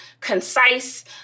concise